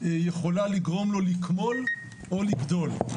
יכולה לגרום לו לקמול או לגדול.